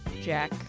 Jack